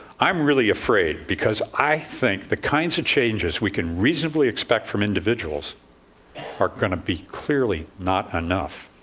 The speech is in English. i'm really afraid, because i think the kinds of changes we can reasonably expect from individuals are going to be clearly not enough.